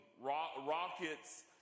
rockets